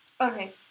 Okay